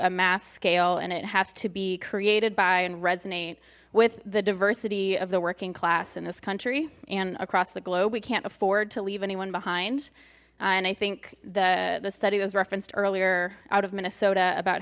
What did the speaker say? a mass scale and it has to be created by and resonate with the diversity of the working class in this country and across the globe we can't afford to leave anyone behind and i think the the study was referenced earlier out of minnesota about